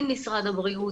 עם משרד הבריאות,